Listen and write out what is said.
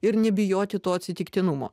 ir nebijoti to atsitiktinumo